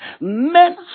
men